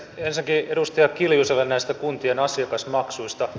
ensinnäkin edustaja kiljuselle näistä kuntien asiakasmaksuista